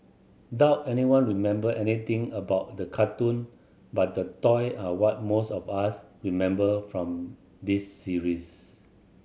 doubt anyone remember anything about the cartoon but the toy are what most of us remember from this series